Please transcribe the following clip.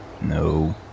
No